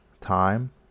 time